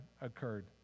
occurred